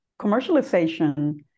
commercialization